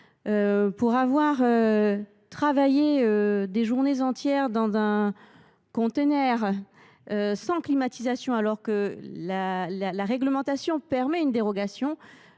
pour avoir travaillé des journées entières dans un conteneur sans climatisation, alors même que la réglementation prévoit une dérogation,